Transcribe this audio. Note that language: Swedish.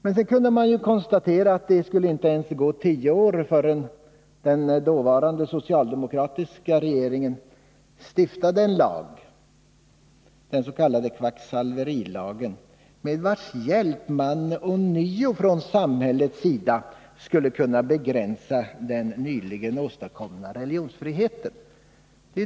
Men sedan kunde man konstatera att det inte ens skulle gå tio år förrän den dåvarande socialdemokratiska regeringen stiftade en lag, den s.k. kvacksalverilagen, med vars hjälp man från samhällets sida ånyo skulle kunna begränsa den religionsfrihet som då Nr 6 nyligen hade åstadkommits.